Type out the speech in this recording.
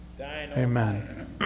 Amen